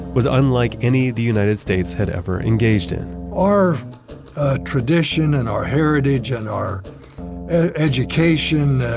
was unlike any the united states had ever engaged in our tradition, and our heritage, and our education,